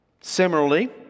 Similarly